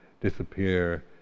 disappear